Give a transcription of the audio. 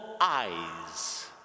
eyes